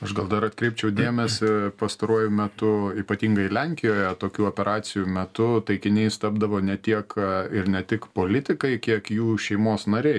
aš gal dar atkreipčiau dėmesį pastaruoju metu ypatingai lenkijoje tokių operacijų metu taikiniais tapdavo ne tiek ir ne tik politikai kiek jų šeimos nariai